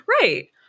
Right